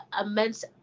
immense